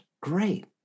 Great